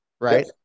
Right